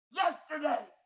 yesterday